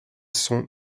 sont